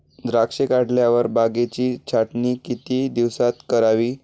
द्राक्षे काढल्यावर बागेची छाटणी किती दिवसात करावी?